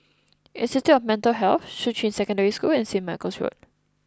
Institute of Mental Health Shuqun Secondary School and St Michael's Road